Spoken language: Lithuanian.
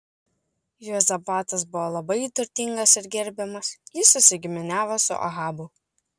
juozapatas buvo labai turtingas ir gerbiamas jis susigiminiavo su ahabu